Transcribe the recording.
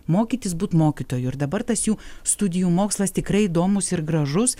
mokytis būt mokytoju ir dabar tas jų studijų mokslas tikrai įdomus ir gražus